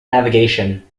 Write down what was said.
navigation